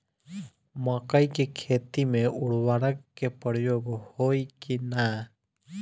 मकई के खेती में उर्वरक के प्रयोग होई की ना?